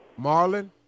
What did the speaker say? Marlon